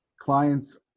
clients